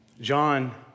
John